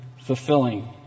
fulfilling